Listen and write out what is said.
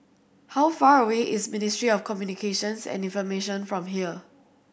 how far away is Ministry of Communications and Information from here